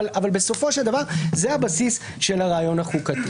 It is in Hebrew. אבל בסופו של דבר זה הבסיס של הרעיון החוקתי.